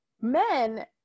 Men